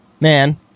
man